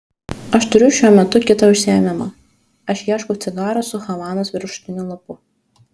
aš turiu šiuo metu kitą užsiėmimą aš ieškau cigarų su havanos viršutiniu lapu